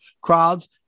crowds